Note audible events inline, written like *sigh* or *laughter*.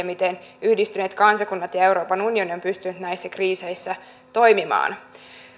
*unintelligible* miten yhdistyneet kansakunnat ja euroopan unioni ovat pystyneet näissä kriiseissä toimimaan